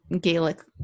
Gaelic